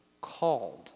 called